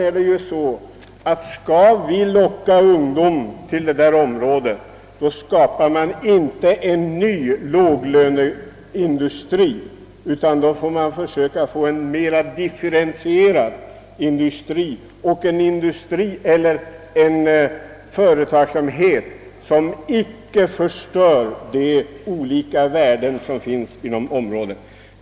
Om man skall försöka locka ungdom till detta område bör man inte skapa en ny låglöneindustri där utan då skall man försöka få dit en mera differentierad industri. Det bör vara en industri som inte leder till förstörelse av andra värden, exempelvis ur fritidssynpunkt, inom området.